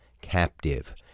captive